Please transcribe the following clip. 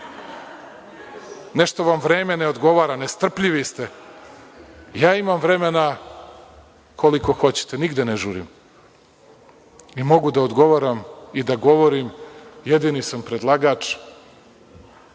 nešto vam vreme ne odgovara, nestrpljivi ste. Ja imam vremena koliko hoćete, nigde ne žurim i mogu da odgovaram i da govorim, jedini sam predlagač,